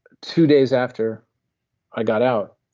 two days after i got out,